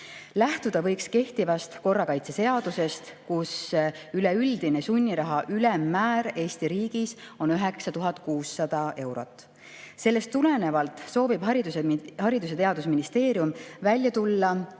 Lähtuda võiks kehtivast korrakaitseseadusest, mille järgi on üleüldine sunniraha ülemmäär Eesti riigis 9600 eurot. Sellest tulenevalt soovib Haridus‑ ja Teadusministeerium välja tulla